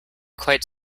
quite